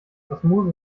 osmose